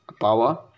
power